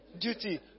duty